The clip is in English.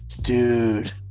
Dude